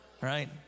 right